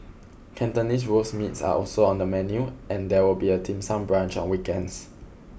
Cantonese roast meats are also on the menu and there will be a Dim Sum brunch on weekends